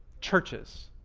churches,